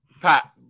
Pat